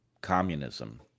communism